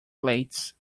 plates